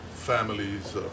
families